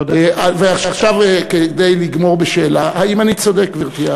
ועכשיו כדי לגמור בשאלה: האם אני צודק, גברתי?